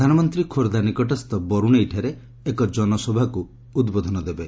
ପ୍ରଧାନମନ୍ତ୍ରୀ ଖୋର୍ଦ୍ଧା ନିକଟସ୍ଥ ବରୁଣେଇଠାରେ ଏକ ଜନସଭାକୁ ଉଦ୍ବୋଧନ ଦେବେ